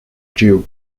jew